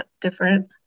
different